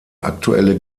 aktuelle